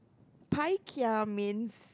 pai kia means